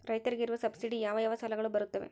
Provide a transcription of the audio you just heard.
ರೈತರಿಗೆ ಇರುವ ಸಬ್ಸಿಡಿ ಯಾವ ಯಾವ ಸಾಲಗಳು ಬರುತ್ತವೆ?